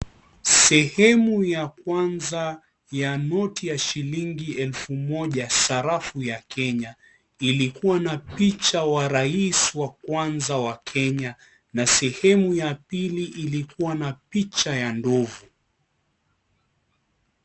Sehemu ya kwanza ya noti ya shilingi elfu moja sarafu ya Kenya . Ilikuwa na picha ya rais wa kwanza wa Kenya , na sehemu ya pili ilikuwa na picha ya ndovu.